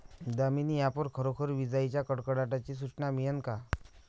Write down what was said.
Damini app वर खरोखर विजाइच्या कडकडाटाची सूचना मिळन का?